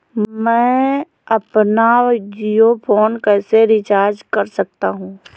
मैं अपना जियो फोन कैसे रिचार्ज कर सकता हूँ?